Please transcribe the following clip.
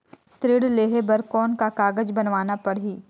ऋण लेहे बर कौन का कागज बनवाना परही?